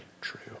true